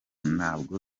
nabwo